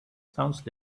sounds